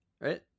Right